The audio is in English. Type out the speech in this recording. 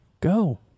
Go